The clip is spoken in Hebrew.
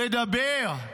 לדבר.